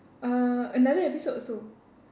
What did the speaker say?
uh another episode also